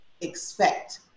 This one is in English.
expect